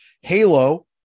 Halo